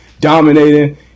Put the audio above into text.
dominating